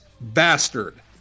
bastard